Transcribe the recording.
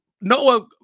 Noah